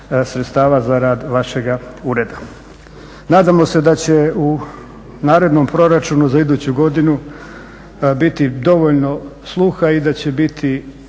sredstava za rad vašega ureda. Nadamo se da će u narednom proračunu za iduću godinu biti dovoljno sluha i da će biti